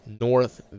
north